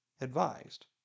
advised